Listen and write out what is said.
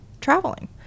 traveling